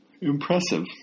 Impressive